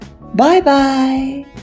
Bye-bye